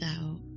out